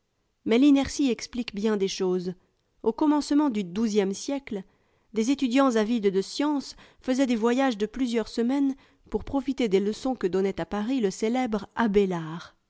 mais l'inertie explique bien des choses au commencement du xii siècle des étudiants avides de science faisaient des voyages de plusieurs semaines pour profiter des leçons que donnait à paris le célèbre abélard